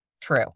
true